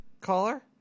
caller